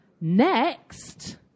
Next